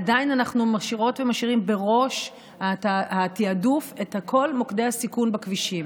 עדיין אנחנו משאירות ומשאירים בראש התיעדוף את כל מוקדי הסיכון בכבישים.